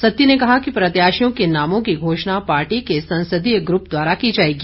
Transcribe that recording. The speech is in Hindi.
सत्ती ने कहा कि प्रत्याशियों के नामों की घोषणा पार्टी के संसदीय ग्रुप द्वारा की जाएगी